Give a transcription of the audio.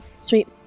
Sweet